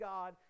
God